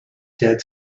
dead